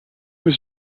was